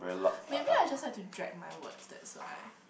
maybe I just have to drag my words that's why